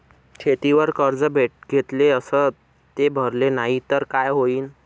शेतीवर कर्ज घेतले अस ते भरले नाही तर काय होईन?